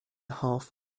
half